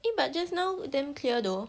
eh but just now damn clear though